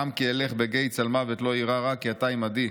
גם כי אלך בגיא צלמות לא אירא רע כי אתה עמדי.